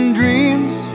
dreams